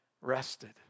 rested